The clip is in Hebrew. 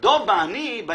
דב ואני,